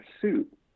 suit